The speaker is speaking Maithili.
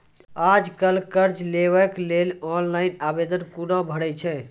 आज कल कर्ज लेवाक लेल ऑनलाइन आवेदन कूना भरै छै?